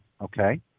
okay